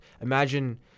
imagine